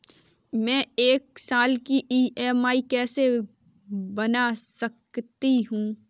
मैं एक साल की ई.एम.आई कैसे बना सकती हूँ?